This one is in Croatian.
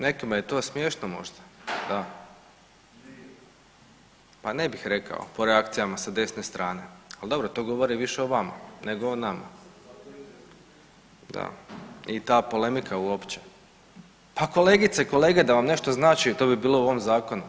Nekima je to smješno možda, da … [[Upadica: Ne razumije se.]] pa ne bih rekao po reakcijama sa desne strane, ali dobro to govori više o vama nego o nama … [[Upadica: Ne razumije se.]] da i ta polemika uopće pa kolegice i kolege da vam nešto znači to bi bilo u ovom zakonu.